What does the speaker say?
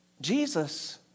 Jesus